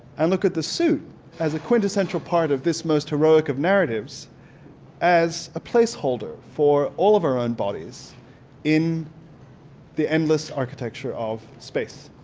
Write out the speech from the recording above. and look at the suit as a quintessential part of this most heroic of narratives as a place holder for all of our own bodies in the endless architecture of space.